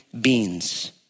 beans